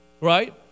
Right